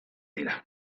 dira